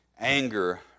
anger